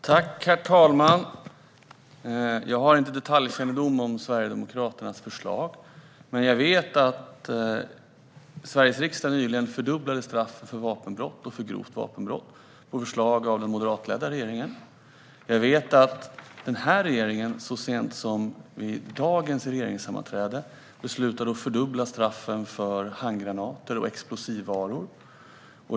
Herr talman! Jag har inte detaljkännedom om Sverigedemokraternas förslag, men jag vet att Sveriges riksdag nyligen fördubblade straffen för vapenbrott och grovt vapenbrott, på förslag av den moderatledda regeringen. Jag vet att den här regeringen, så sent som vid dagens regeringssammanträde, beslutade att fördubbla straffen för olaglig hantering av handgranater och explosivvaror.